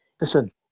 Listen